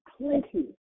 plenty